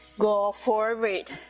go forward,